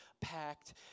packed